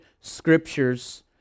scriptures